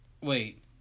Wait